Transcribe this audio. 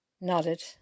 nodded